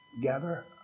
gather